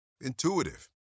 Intuitive